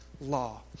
Law